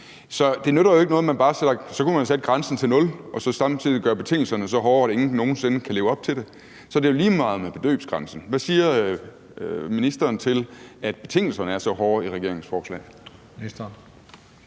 bare sætter grænsen ned. Så kunne man sætte grænsen til nul og samtidig gøre betingelserne så hårde, at ingen nogen sinde kunne opfylde dem. Så er det jo lige meget med beløbsgrænsen. Hvad siger ministeren til, at betingelserne er så hårde i regeringens forslag?